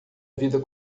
vida